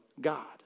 God